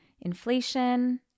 Inflation